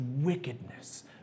wickedness